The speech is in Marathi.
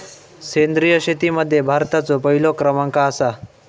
सेंद्रिय शेतीमध्ये भारताचो पहिलो क्रमांक आसा